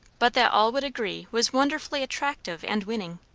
but that all would agree was wonderfully attractive and winning.